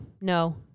no